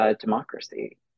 democracy